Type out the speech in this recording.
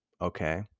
okay